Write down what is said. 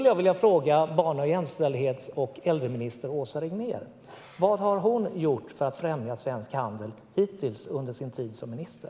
Låt mig därför fråga barn, jämställdhets och äldreminister Åsa Regnér vad hon har gjort för att främja svensk handel under sin tid som minister.